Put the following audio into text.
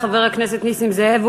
חבר הכנסת נסים זאב,